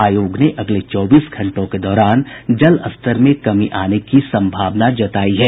आयोग ने अगले चौबीस घंटों के दौरान जलस्तर में कमी आने की सम्भावना जतायी है